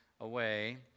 away